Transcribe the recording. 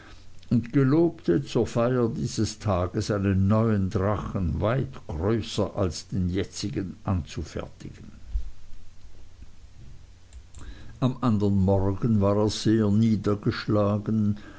und gelobte zur feier dieser tage einen neuen drachen weit größer als den jetzigen anzufertigen am andern morgen war er sehr niedergeschlagen